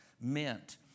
meant